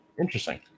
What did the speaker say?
Interesting